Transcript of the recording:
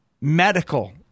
medical